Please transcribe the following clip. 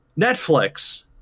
Netflix